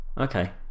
okay